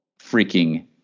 freaking